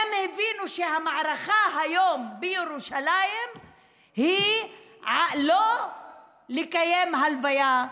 הם הבינו שהמערכה היום בירושלים היא לא על לקיים הלוויה,